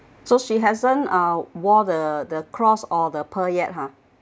so she hasn't uh wore the the cross or the pearl yet !huh!